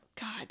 God